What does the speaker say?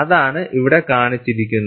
അതാണ് ഇവിടെ കാണിച്ചിരിക്കുന്നത്